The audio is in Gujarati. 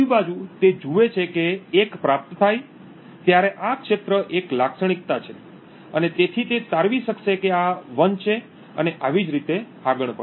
બીજી બાજુ તે જુએ છે કે 1 પ્રાપ્ત થાય ત્યારે આ ક્ષેત્ર એક લાક્ષણિકતા છે અને તેથી તે તારવી શકશે કે આ 1 છે અને આવી જ રીતે આગળ પણ